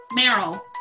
Meryl